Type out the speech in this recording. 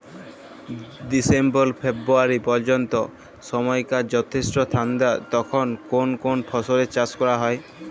December February পর্যন্ত সময়কাল যথেষ্ট ঠান্ডা তখন কোন কোন ফসলের চাষ করা হয়?